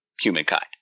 humankind